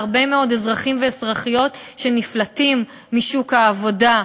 ואז באים ואומרים לנו: תגידו תודה,